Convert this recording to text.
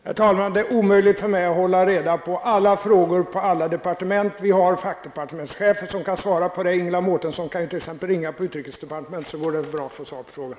Herr talman! Det är omöjligt för mig att hålla reda på alla frågor på alla departement. Vi har fackdepartementschefer som kan svara på frågan. Ingela Mårtensson kan t.ex. ringa till utrikesdepartementet, där går det bra att få svar på frågan.